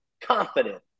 confident